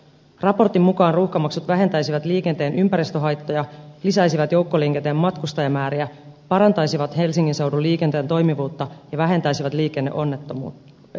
raportin mukaan ruuhkamaksut vähentäisivät liikenteen ympäristöhaittoja lisäisivät joukkoliikenteen matkustajamääriä parantaisivat helsingin seudun liikenteen toimivuutta ja vähentäisivät liikenneonnettomuuksia